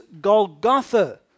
Golgotha